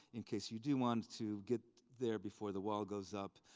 in case you do want to get there before the wall goes up,